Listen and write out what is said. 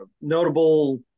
notable